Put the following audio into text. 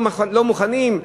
לא מוכנים,